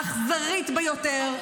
האכזרית ביותר,